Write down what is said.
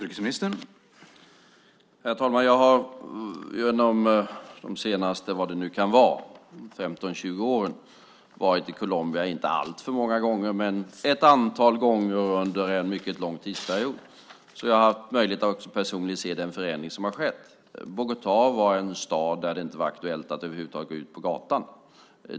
Herr talman! Jag har under de senaste vad det nu kan vara, de senaste 15-20 åren kanske, varit i Colombia inte alltför många gånger, men ett antal gånger under en mycket lång tidsperiod. Jag har alltså haft möjlighet att personligen se den förändring som har skett. Bogotá var en stad där det inte var aktuellt att över huvud taget gå ut på gatan.